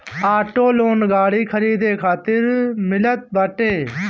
auto loan गाड़ी खरीदे खातिर मिलत बाटे